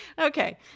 Okay